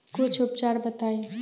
कुछ उपचार बताई?